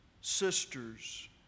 sisters